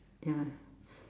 ya